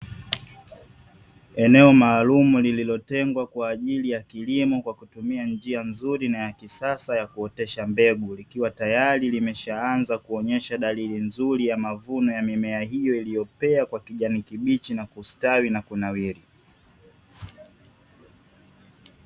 Eneo maalumu lililotengwa kwa ajili ya kilimo kwa kutumia njia nzuri na yakisasa ya kuotesha mbegu, likiwa tayari limeshaanza kuonyesha dalili nzuri ya mavuno ya mimea hiyo iliyopea kwa kijani kibichi na kustawi na kunawiri.